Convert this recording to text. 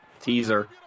Teaser